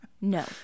no